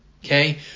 Okay